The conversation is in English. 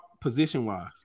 position-wise